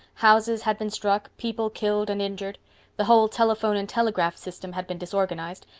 houses had been struck, people killed and injured the whole telephone and telegraph system had been disorganized,